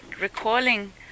recalling